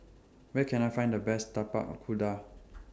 Where Can I Find The Best Tapak Kuda